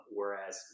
whereas